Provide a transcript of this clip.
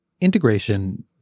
Integration